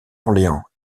orléans